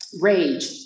rage